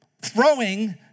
throwing